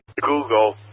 Google